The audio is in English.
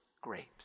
grapes